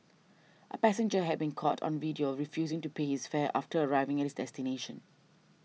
a passenger have been caught on video refusing to pay his fare after arriving at his destination